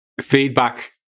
feedback